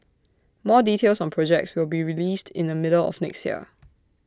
more details on projects will be released in the middle of next year